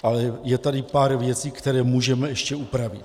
Ale je tady pár věcí, které můžeme ještě upravit.